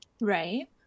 right